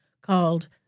called